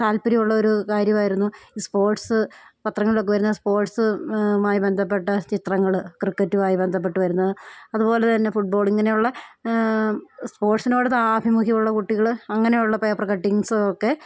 താല്പര്യമുള്ള ഒരു കാര്യമായിരുന്നു ഈ സ്പോർട്സ് പത്രങ്ങളിലൊക്കെ വരുന്നത് സ്പോർട്സ് മായി ബന്ധപ്പെട്ട ചിത്രങ്ങൾ ക്രിക്കറ്റുമായി ബന്ധപ്പെട്ടു വരുന്നത് അതുപോലെ തന്നെ ഫുട്ബോൾ ഇങ്ങനെയുള്ള സ്പോർട്സിനോട് താ ആഭിമുഖ്യമുള്ള കുട്ടികൾ അങ്ങനെയുള്ള പേപ്പർ കട്ടിങ്സൊക്കെ